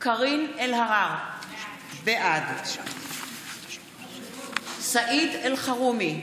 קארין אלהרר, בעד סעיד אלחרומי,